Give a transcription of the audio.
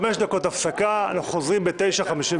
חמש דקות הפסקה, אנחנו חוזרים ב-09:51.